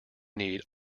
need